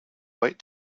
wait